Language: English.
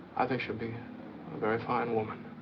i think she'll be a very fine woman.